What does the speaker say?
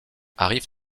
arrive